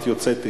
את יוצאת אתה.